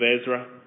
Ezra